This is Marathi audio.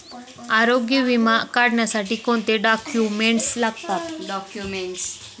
आरोग्य विमा काढण्यासाठी कोणते डॉक्युमेंट्स लागतात?